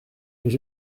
mais